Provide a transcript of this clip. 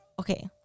Okay